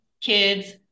kids